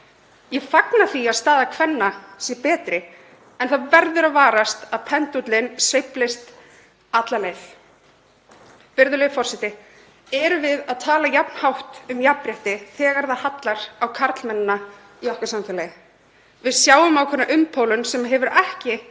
Ég fagna því að staða kvenna sé betri en það verður að varast að pendúllinn sveiflist alla leið. Virðulegur forseti. Erum við að tala jafn hátt um jafnrétti þegar það hallar á karlmennina í okkar samfélagi? Við sjáum ákveðna umpólun sem hefur ekki